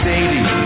Sadie